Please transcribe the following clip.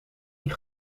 die